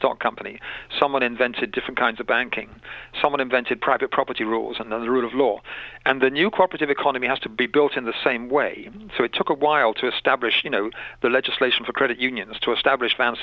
stock company someone invented different kinds of banking someone invented private property rules and then the rule of law and the new corporate economy has to be built in the same way so it took a while to establish you know the legislation for credit unions to establish